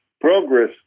progress